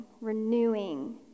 renewing